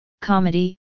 comedy